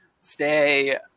Stay